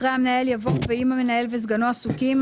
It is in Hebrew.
אחרי "המנהל" יבוא "ואם המנהל וסגנו עסוקים,